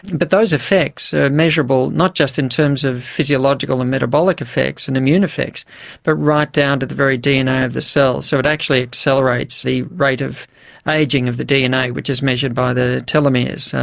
but those effects are measurable not just in terms of physiological and metabolic effects and immune effects but right down to the very dna of the cell, so it actually accelerates the rate of ageing of the dna which is measured by the telomeres,